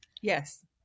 yes